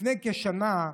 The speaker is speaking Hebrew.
לפני כשנה,